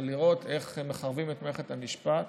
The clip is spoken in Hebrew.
על לראות איך מחרבים את מערכת המשפט,